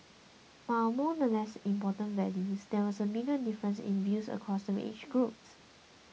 but among the less important values there was a bigger difference in views across the age groups